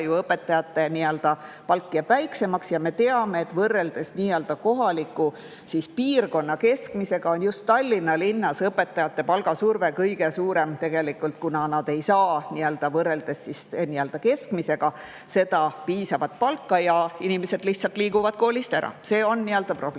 õpetajate palk ju väiksemaks. Me teame, et võrreldes kohaliku piirkonna keskmisega, on just Tallinna linnas õpetajate palgasurve kõige suurem, kuna nad ei saa keskmisega võrreldes piisavat palka, ja inimesed lähevad koolist ära. See on probleem.